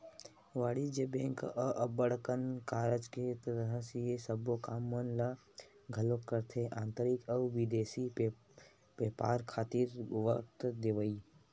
वाणिज्य बेंक ह अब्बड़ कन कारज के तहत ये सबो काम मन ल घलोक करथे आंतरिक अउ बिदेसी बेपार खातिर वित्त देवई